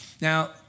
Now